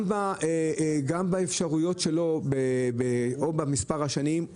גם באפשרויות שלו או במספר השנים,